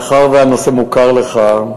מאחר שהנושא מוכר לך,